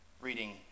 reading